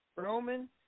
Roman